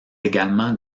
également